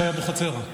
שי אבוחצירה.